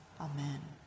Amen